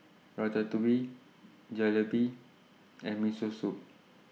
Ratatouille Jalebi and Miso Soup